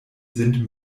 sind